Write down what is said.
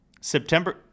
September